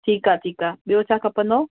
ठीकु आहे ठीकु आहे ॿियो छा खपंदो